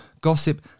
gossip